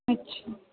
ਅੱਛਾ